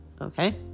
Okay